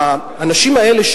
האנשים האלה,